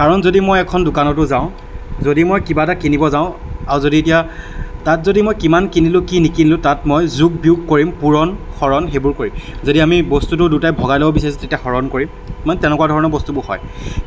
কাৰণ যদি মই এখন দোকানতো যাওঁ যদি মই কিবা এটা কিনিব যাওঁ আৰু যদি এতিয়া তাত যদি মই কিমান কিনিলোঁ কি নিকিনিলোঁ তাত মই যোগ বিয়োগ কৰিম পূৰণ হৰণ সেইবোৰ কৰিম যদি আমি বস্তুটো দুটাই ভগাই ল'ব বিচাৰিছোঁ তেতিয়া হৰণ কৰিম মানে তেনেকুৱা বস্তুবোৰ হয়